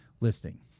listing